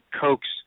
coax